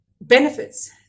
benefits